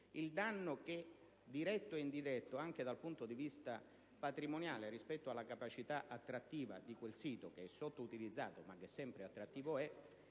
ha determinato, diretto o indiretto, anche dal punto di vista patrimoniale, rispetto alla capacità attrattiva di quel sito, che è sottoutilizzato ma che sempre attrattivo è,